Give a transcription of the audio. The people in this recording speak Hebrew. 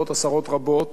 עשרות רבות,